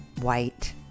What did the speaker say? white